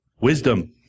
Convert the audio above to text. wisdom